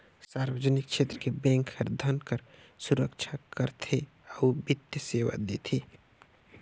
सार्वजनिक छेत्र के बेंक हर धन कर सुरक्छा करथे अउ बित्तीय सेवा देथे